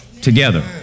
together